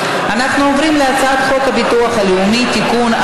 אני קובעת כי הצעת חוק-יסוד: הממשלה (תיקון,